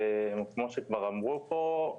כמו שכבר אמרו פה,